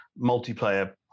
multiplayer